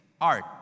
art